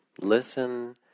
listen